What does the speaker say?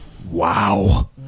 Wow